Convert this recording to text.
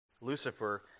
Lucifer